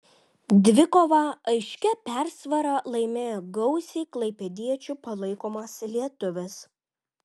dvikovą aiškia persvara laimėjo gausiai klaipėdiečių palaikomas lietuvis